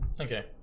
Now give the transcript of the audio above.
Okay